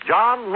John